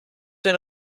den